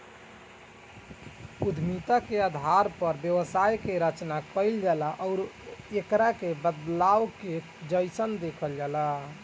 उद्यमिता के आधार पर व्यवसाय के रचना कईल जाला आउर एकरा के बदलाव के जइसन देखल जाला